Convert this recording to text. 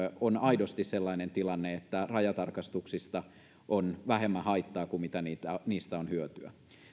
on aidosti sellainen tilanne että rajatarkastuksista on vähemmän haittaa kuin mitä niistä on hyötyä